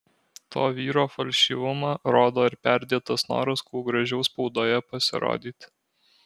to vyro falšyvumą rodo ir perdėtas noras kuo gražiau spaudoje pasirodyti